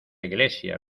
iglesia